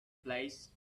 place